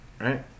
right